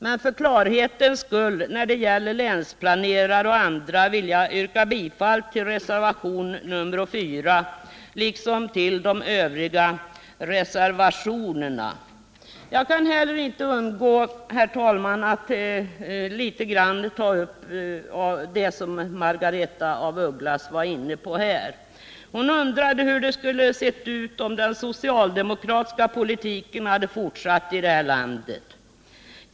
Men för klarhetens skull, med tanke på länsplanerare och andra, vill jag yrka bifall till reservationen 4 liksom till de övriga socialdemokratiska reservationerna. Jag kan heller inte undgå, herr talman, att litet grand ta upp det som Margaretha af Ugglas var inne på här. Hon undrade hur det skulle ha sett ut om den socialdemokratiska politiken hade fortsatt i vårt land.